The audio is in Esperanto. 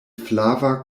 flava